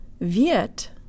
viet